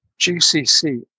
GCC